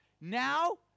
Now